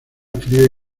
frío